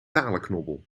talenknobbel